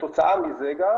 כתוצאה מזה גם